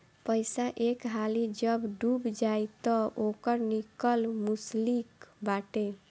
पईसा एक हाली जब डूब जाई तअ ओकर निकल मुश्लिक बाटे